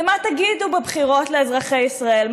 ומה תגידו בבחירות לאזרחי ישראל?